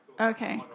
Okay